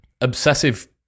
obsessive